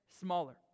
smaller